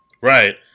Right